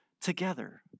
together